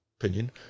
opinion